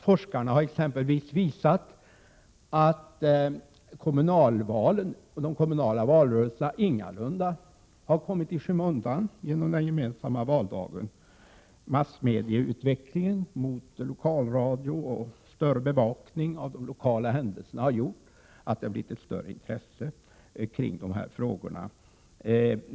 Forskarna har exempelvis visat att de kommunala valrörelserna ingalunda har kommit i skymundan genom den gemensamma valdagen. Massmedieutvecklingen mot lokalradio och större bevakning av de lokala händelserna har inneburit att det blivit ett större intresse kring dessa frågor.